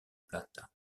plata